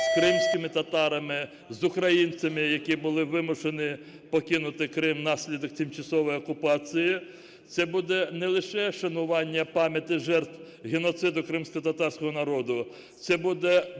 з кримськими татарами, з українцями, які були вимушені покинути Крим внаслідок тимчасової окупації. Це буде не лише шанування пам'яті жертв геноциду кримськотатарського народу, це буде